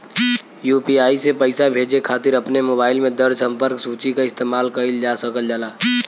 UPI से पइसा भेजे खातिर अपने मोबाइल में दर्ज़ संपर्क सूची क इस्तेमाल कइल जा सकल जाला